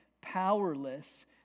powerless